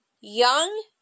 young